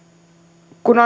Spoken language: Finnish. kun